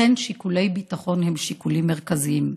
לכן שיקולי ביטחון הם שיקולים מרכזיים.